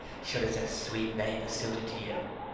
sure it's a sweet name is suited to you.